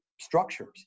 structures